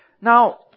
Now